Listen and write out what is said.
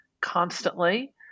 constantly